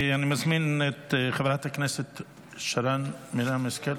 אני מזמין את חברת הכנסת שרן מרים השכל.